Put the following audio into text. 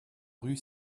rue